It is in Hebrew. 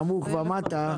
נמוך ומטה,